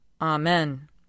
Amen